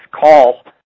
Call